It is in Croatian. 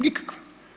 Nikakva.